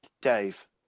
Dave